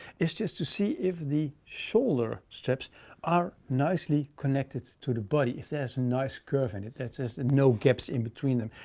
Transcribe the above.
it's just to see if the shoulder straps are nicely connected to the body, if there's a nice curve in it. that there's no gaps in between them.